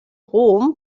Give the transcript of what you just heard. rom